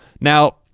Now